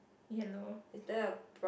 yellow